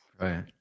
right